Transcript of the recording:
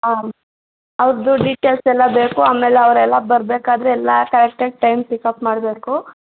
ಹಾಂ ಅವ್ರದ್ದು ಡೀಟೇಲ್ಸ್ ಎಲ್ಲ ಬೇಕು ಆಮೇಲೆ ಅವ್ರು ಎಲ್ಲ ಬರ್ಬೇಕು ಆದರೆ ಎಲ್ಲ ಕರೆಕ್ಟಾಗಿ ಟೈಮ್ ಪಿಕ್ಅಪ್ ಮಾಡಬೇಕು